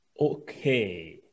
Okay